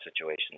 situations